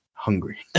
hungry